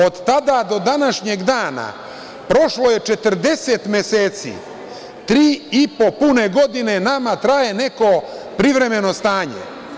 Od tada do današnjeg dana, prošlo je 40 meseci, tri i po pune godine nama traje neko privremeno stanje.